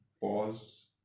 pause